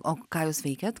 o ką jūs veikiat